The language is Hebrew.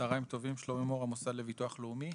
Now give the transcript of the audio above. צוהריים טובים, שלומי מור מהמוסד לביטוח לאומי.